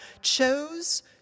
chose